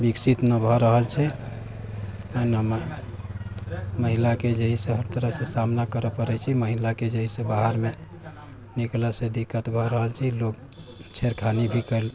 विकसित न भऽ रहल छै एनामे महिलाके जे है से हर तरहसँ सामना करै पड़ै छै महिलाके जे है से बाहरमे निकललासँ दिक्कत भऽ रहल छै लोक छेड़खानी भी कयल